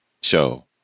Show